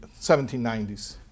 1790s